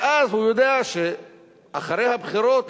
ואז הוא יודע שאחרי הבחירות,